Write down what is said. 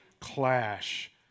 clash